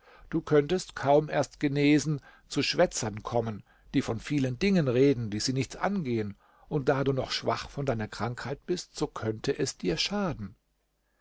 du könntest kaum erst genesen zu schwätzern kommen die von vielen dingen reden die sie nichts angehen und da du noch schwach von deiner krankheit bist so könnte es dir schaden